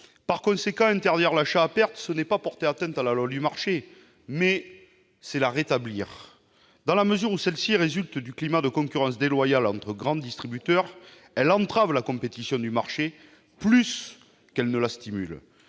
du pays. Interdire l'achat à perte, ce n'est pas porter atteinte à la loi du marché ; c'est la rétablir ! Dans la mesure où celle-ci découle du climat de concurrence déloyale entre grands distributeurs, elle entrave effectivement la compétition du marché, plus qu'elle ne la stimule.